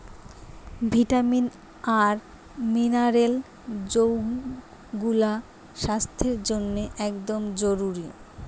vitamin আর mineral যৌগুলা স্বাস্থ্যের জন্যে একদম জরুরি